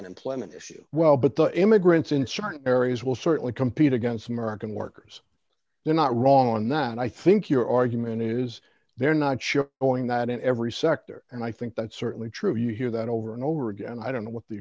unemployment issue well but the immigrants in certain areas will certainly compete against american workers they're not wrong on none i think your argument is they're not sure going that in every sector and i think that's certainly true you hear that over and over again i don't know what the